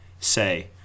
Say